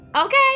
okay